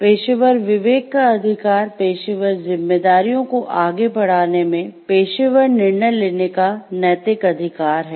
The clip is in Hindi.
पेशेवर विवेक का अधिकार पेशेवर जिम्मेदारियों को आगे बढ़ाने में पेशेवर निर्णय लेने का नैतिक अधिकार है